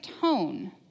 tone